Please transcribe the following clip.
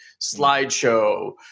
slideshow